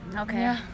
Okay